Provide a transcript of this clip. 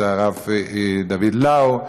את הרב דוד לאו,